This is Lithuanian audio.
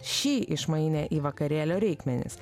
šį išmainė į vakarėlio reikmenis